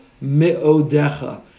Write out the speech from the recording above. Me'odecha